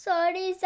Sorry